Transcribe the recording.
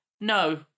no